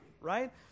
right